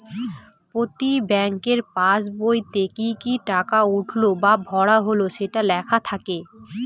প্রতি ব্যাঙ্কের পাসবইতে কি কি টাকা উঠলো বা ভরা হল সেটা লেখা থাকে